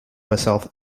herself